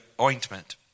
ointment